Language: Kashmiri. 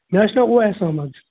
مےٚ حظ چھُ ناو اُویس احمد